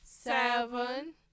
Seven